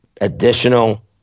additional